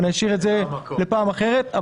אני אשאיר את זה לפעם אחרת.